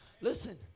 Listen